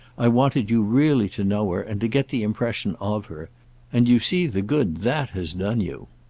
i wanted you really to know her and to get the impression of her and you see the good that has done you.